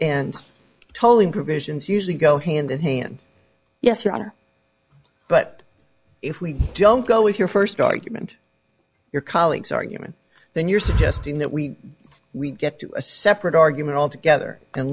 and tolling provisions usually go hand in hand yes your honor but if we don't go with your first argument your colleagues argument then you're suggesting that we get to a separate argument altogether and